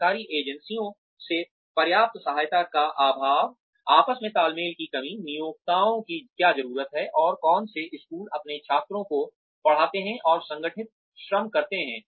सरकारी एजेंसियों से पर्याप्त सहायता का अभाव आपस में तालमेल की कमी नियोक्ताओं की क्या जरूरत है और कौन से स्कूल अपने छात्रों को पढ़ाते हैं और संगठित श्रम करते हैं